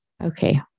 Okay